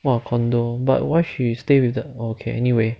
!wah! condo but why she stay with the okay anyway